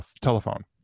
telephone